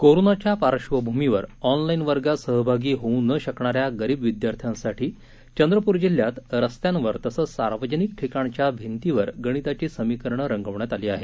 कोरोनाच्या पार्श्र्वभूमीवर ऑनलाईन वर्गात सहभागी होऊ न शकणाऱ्या गरीब विद्यार्थ्यांसाठी चंद्रपूर जिल्ह्यात रस्त्यांवर तसंच सार्वजनिक ठिकाणच्या भिंतींवर गणिताची समिकरणं रंगवण्यात आली आहेत